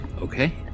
Okay